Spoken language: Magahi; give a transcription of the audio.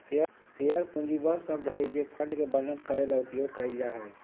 शेयर पूंजी वह शब्द हइ जे फंड के वर्णन करे ले उपयोग कइल जा हइ